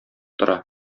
тора